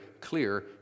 clear